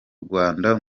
rwanda